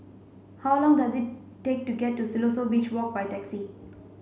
how long does it take to get to Siloso Beach Walk by taxi